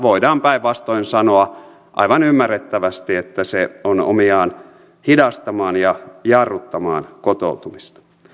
voidaan päinvastoin sanoa aivan ymmärrettävästi että se on omiaan hidastamaan ja jarruttamaan kotoutumista